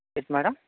yes madam